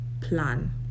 plan